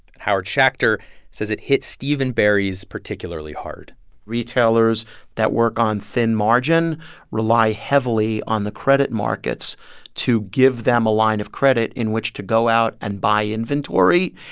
howard schacter says it hit steve and barry's particularly hard retailers that work on thin margin rely heavily on the credit markets to give them a line of credit in which to go out and buy inventory.